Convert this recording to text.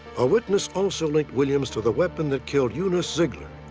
a witness also linked williams to the weapon that killed eunice zeigler,